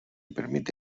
permite